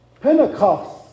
Pentecost